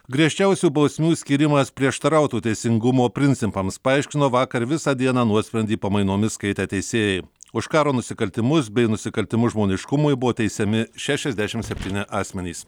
griežčiausių bausmių skyrimas prieštarautų teisingumo principams paaiškino vakar visą dieną nuosprendį pamainomis skaitę teisėjai už karo nusikaltimus bei nusikaltimus žmoniškumui buvo teisiami šešiasdešim septyni asmenys